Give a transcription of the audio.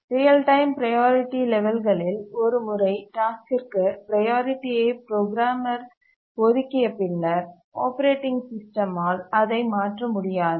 real time priority லெவல்களில் ஒரு முறை டாஸ்க்கிற்கு ப்ரையாரிட்டியை ப்ரோகிராமர் ஒதுக்கிய பின்னர்ஆப்பரேட்டிங் சிஸ்டமால் அதை மாற்ற முடியாது